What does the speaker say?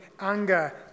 anger